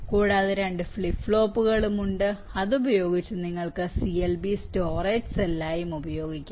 കൂടാതെ രണ്ട് ഫ്ലിപ്പ് ഫ്ലോപ്പുകളും ഉണ്ട് അത് ഉപയോഗിച്ച് നിങ്ങൾക്ക് CLB സ്റ്റോറേജ് സെല്ലായും ഉപയോഗിക്കാം